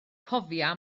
cofia